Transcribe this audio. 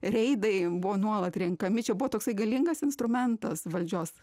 reidai buvo nuolat renkami čia buvo toksai galingas instrumentas valdžios